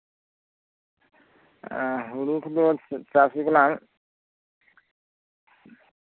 ᱮᱸ ᱦᱩᱲᱩ ᱠᱚᱫᱚ ᱪᱟᱥ ᱦᱩᱭ ᱟᱠᱟᱱᱟ